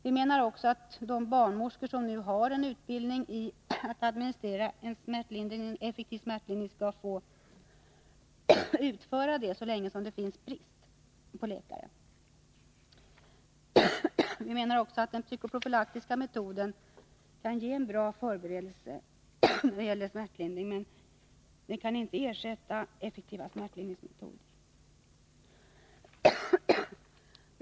Vi anser också att de barnmorskor som har utbildning i att administrera en effektiv smärtlindring skall få utföra sådan, så länge som det fortfarande råder brist på läkare. Vi menar vidare att den psykoprofylaktiska metoden kan ge en bra förberedelse, men att den inte kan ersätta effektiva smärtlindringsmetoder.